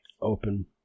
open